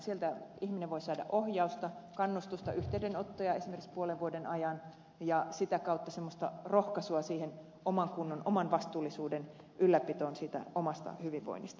sieltä ihminen voi saada ohjausta kannustusta yhteydenottoja esimerkiksi puolen vuoden ajan ja sitä kautta semmoista rohkaisua oman kunnon ylläpitoon oman vastuullisuuden ylläpitoon siitä omasta hyvinvoinnista